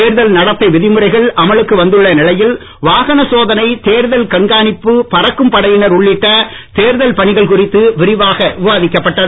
தேர்தல் நடத்தை விதிமுறைகள் அமலுக்கு வந்துள்ள நிலையில் வாகன சோதனை தேர்தல் கண்காணிப்பு பறக்கும் படையினர் உள்ளிட்ட தேர்தல் பணிகள் குறித்து விரிவாக விவாதிக்கப்பட்டது